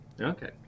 Okay